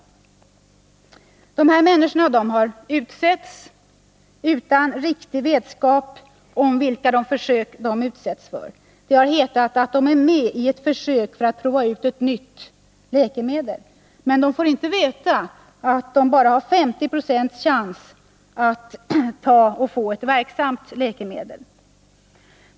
Dessa människor är med i försök utan någon riktig vetskap om vad de utsätts för. Det har hetat att de deltar i ett försök för att prova ut ett nytt läkemedel, men de får inte veta att de bara har 50 96 chans att få ett verksamt läkemedel.